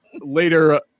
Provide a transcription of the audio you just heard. later